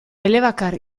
elebakar